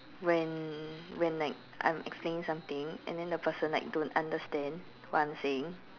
when when like I'm explaining something and then the person like don't understand what I am saying